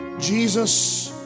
Jesus